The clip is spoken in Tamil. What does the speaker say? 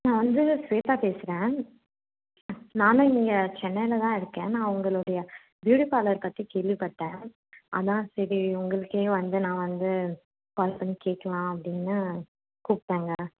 நான் வந்து ஸ்வேதா பேசுகிறேன் நானும் இங்க சென்னையில்தான் இருக்கேன் நான் உங்களுடைய ப்யூட்டி பார்லர் பற்றி கேள்விப்பட்டேன் அதுதான் சரி உங்களுகே வந்து நான் வந்து கால் பண்ணி கேட்கலாம் அப்படின்னு கூப்பிடங்க